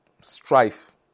strife